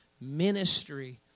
Ministry